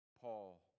Paul